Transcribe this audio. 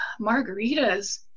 margaritas